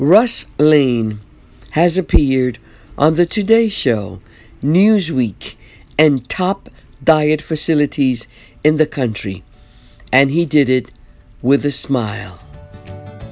rush has appeared on the today show news week and top diet facilities in the country and he did it with a smile